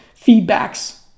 feedbacks